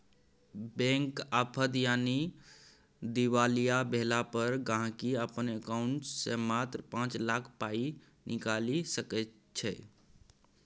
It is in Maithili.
बैंक आफद यानी दिवालिया भेला पर गांहिकी अपन एकांउंट सँ मात्र पाँच लाख पाइ निकालि सकैत छै